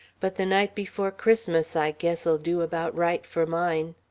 but the night before christmas i guess'll do about right for mine.